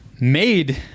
made